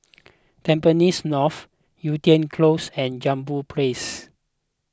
Tampines North Yew Tee Close and Jambol Place